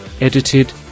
edited